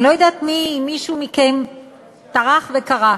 אני לא יודעת אם מישהו מכם טרח וקרא.